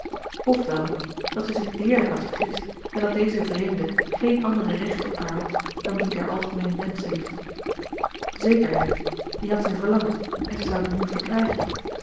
wel dat zij zich deerlijk had vergist en dat deze vreemde geene andere rechten op haar had dan die der algemeene menschenliefde zekerheid die had zij verlangd en zij zou die nu verkrijgen